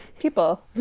People